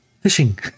fishing